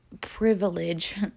privilege